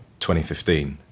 2015